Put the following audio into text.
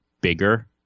bigger